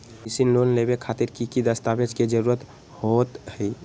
कृषि लोन लेबे खातिर की की दस्तावेज के जरूरत होतई?